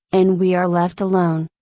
and we are left alone.